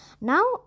Now